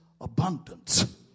abundance